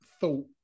thought